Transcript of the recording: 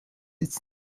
its